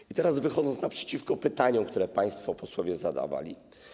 I teraz wychodzę naprzeciw pytaniom, które państwo posłowie zadawali.